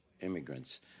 immigrants